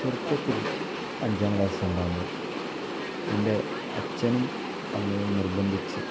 ചെറുപ്പത്തിൽ അഞ്ചാം ക്ലാസിൽ ഉണ്ടാകുമ്പോൾ എൻ്റെ അച്ഛനും അമ്മയും നിർബന്ധിച്ച്